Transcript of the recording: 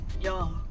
Y'all